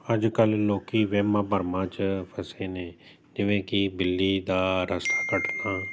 ਅੱਜ ਕੱਲ੍ਹ ਲੋਕ ਵਹਿਮਾਂ ਭਰਮਾਂ 'ਚ ਫਸੇ ਨੇ ਜਿਵੇਂ ਕਿ ਬਿੱਲੀ ਦਾ ਰਸਤਾ ਕੱਟਣਾ